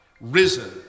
risen